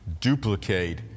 duplicate